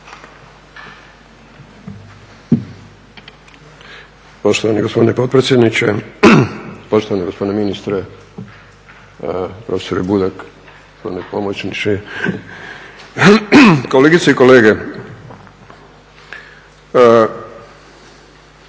Poštovani gospodine potpredsjedniče, poštovani gospodine ministre, profesore Budak, gospodine pomoćniče, kolegice i kolege.